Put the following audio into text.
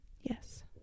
yes